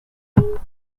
keeping